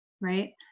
right